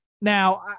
Now